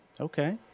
Okay